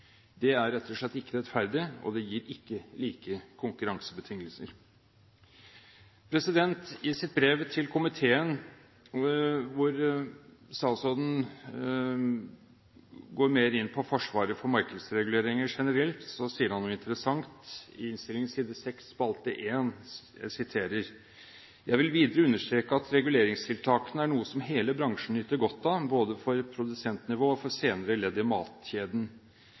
Det er rett og slett ikke rettferdig, og det gir ikke like konkurransebetingelser. I sitt brev til komiteen, på s. 6 første spalte i innstillingen hvor statsråden går mer inn på forsvaret for markedsreguleringer generelt, sier han noe interessant: «Jeg vil videre understreke at reguleringstiltakene er noe som hele bransjen nyter godt av, både for produsentnivå og for senere ledd i matkjeden.